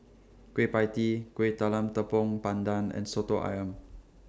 Kueh PIE Tee Kueh Talam Tepong Pandan and Soto Ayam